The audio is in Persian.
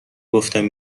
گفتم